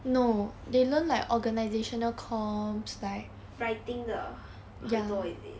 writing 的很多 is it